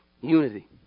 unity